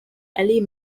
ally